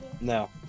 No